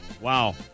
Wow